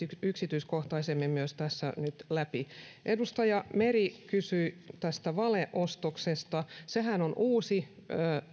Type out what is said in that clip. yksityiskohtaisemmin tässä nyt läpi edustaja meri kysyi tästä valeostoksesta sehän on uusi